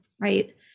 right